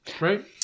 right